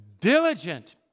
diligent